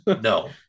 No